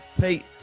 Pete